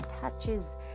patches